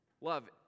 Love